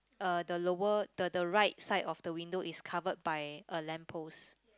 uh the lower the the right side of the window is covered by a lamp post